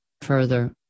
Further